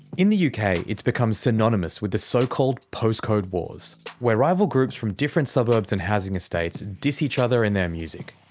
in the uk, kind of it's become synonymous with the so-called postcode wars. where rival groups from different suburbs and housing estates diss each other in their music.